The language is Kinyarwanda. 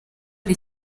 ari